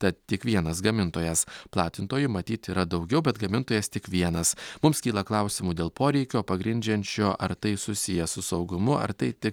tad tik vienas gamintojas platintojų matyt yra daugiau bet gamintojas tik vienas mums kyla klausimų dėl poreikio pagrindžiančio ar tai susiję su saugumu ar tai tik